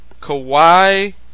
Kawhi